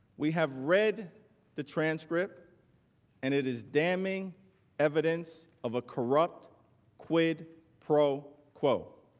we have read the transcript and it is damming evidence of a corrupt quid pro quo.